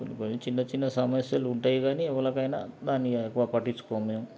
కొన్ని కొన్ని చిన్న చిన్న సమస్యలు ఉంటాయి గానీ ఎవరికైనా దాన్ని ఎక్కువ పట్టించుకోము మేము